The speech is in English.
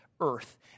earth